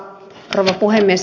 hyvät kollegat